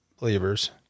believers